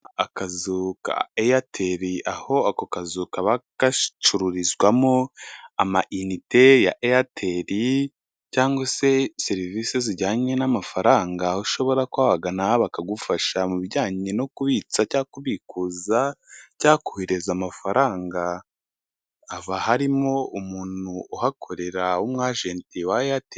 Akazu ka eyateri, aho ako kazu kaba gacururizwamo amayinite ya eyateri cyangwa se serivisi zijyanye n'amafaranga, aho ushobora kuba wabagana bakagufasha mu bijyanye no kubitsa cyangwa kubikuza cyangwa kohereza amafaranga, haba harimo umuntu uhakorera w'umwajenti wa eyateri.